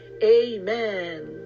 amen